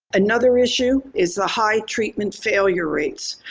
another issue is the high treatment failure rates.